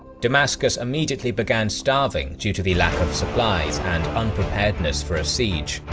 damascus immediately began starving due to the lack of supplies and unpreparedness for a siege,